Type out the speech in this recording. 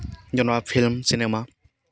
ᱱᱚᱣᱟ film cinema